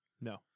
No